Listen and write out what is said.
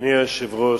אדוני היושב-ראש,